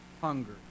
hunger